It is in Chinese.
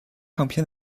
唱片